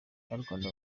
banyarwanda